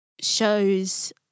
shows